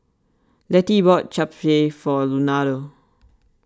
Lettie bought Japchae for Leonardo